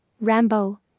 Rambo